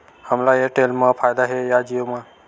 हमला एयरटेल मा फ़ायदा हे या जिओ मा?